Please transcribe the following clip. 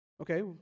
Okay